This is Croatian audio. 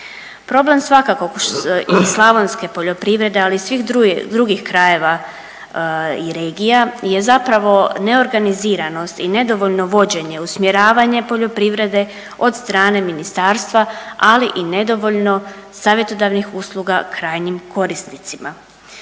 Problem svakako i slavonske poljoprivrede, ali i svih drugih krajeva i regija je zapravo neorganiziranost i nedovoljno vođenje, usmjeravanje poljoprivreda od strane ministarstva, ali i nedovoljno savjetodavnih usluga krajnjim korisnicima.